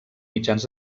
mitjans